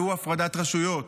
והוא הפרדת רשויות?